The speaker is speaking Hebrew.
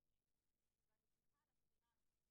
זה דבר אחד.